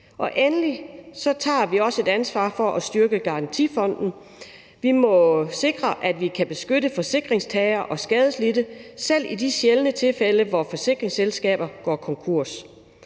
tredje, tager vi også et ansvar for at styrket Garantifonden. Vi må sikre, at vi kan beskytte forsikringstagere og skadeslidte, selv i de sjældne tilfælde, hvor forsikringsselskaber går konkurs.